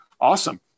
Awesome